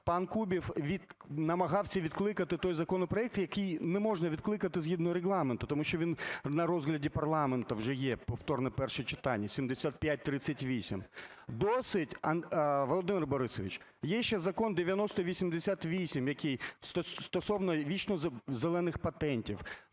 пан Кубів намагався відкликати той законопроект, який не можна відкликати згідно Регламенту, тому що він на розгляді парламенту вже є, повторне перше читання, 7538. Досить… Володимир Борисович, є ще Закон 9088, який стосовно "вічно зелених патентів"